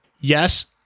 Yes